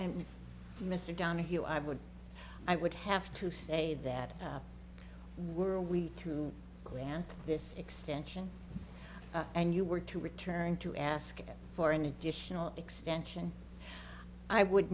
and mr downhill i would i would have to say that were we to grant this extension and you were to return to ask for any additional extension i would